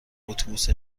اتوبوس